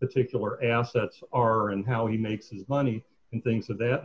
it's a killer assets are and how he makes money and things of that